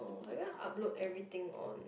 I going upload everything on